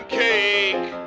cake